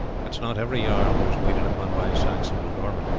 it is not every jarl who is waited upon by a saxon ealdorman.